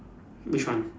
which one